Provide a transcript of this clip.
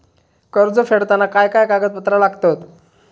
कर्ज फेडताना काय काय कागदपत्रा लागतात?